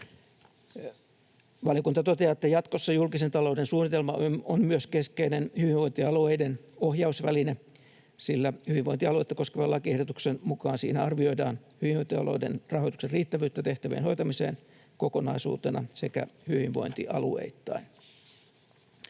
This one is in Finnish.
Valiokunta toteaa, että jatkossa julkisen talouden suunnitelma on myös keskeinen hyvinvointialueiden ohjausväline, sillä hyvinvointialueita koskevan lakiehdotuksen mukaan siinä arvioidaan hyvinvointialueiden rahoituksen riittävyyttä tehtävien hoitamiseen kokonaisuutena sekä hyvinvointialueittain.